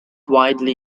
widely